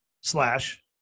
slash